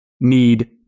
need